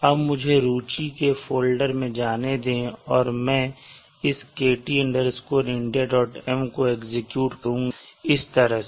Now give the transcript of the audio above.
अब मुझे रुचि के फ़ोल्डर में जाने दें और मैं इस kt indiam को एक्सक्यूट करुंगा इस तरह से